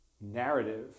narrative